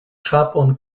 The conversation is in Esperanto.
ĉapon